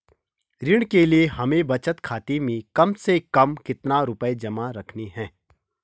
ऋण के लिए हमें बचत खाते में कम से कम कितना रुपये जमा रखने हैं?